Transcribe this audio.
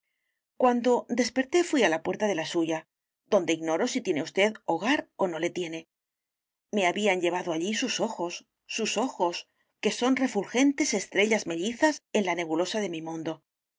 cuando desperté fuí a la puerta de la suya donde ignoro si tiene usted hogar o no le tiene me habían llevado allí sus ojos sus ojos que son refulgentes estrellas mellizas en la nebulosa de mi mundo